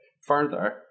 Further